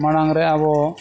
ᱢᱟᱲᱟᱝ ᱨᱮ ᱟᱵᱚ